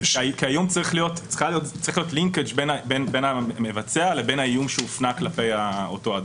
צריך להיות לינקג' בין המבצע לבין האיום שהופנה כלפי אותו אדם.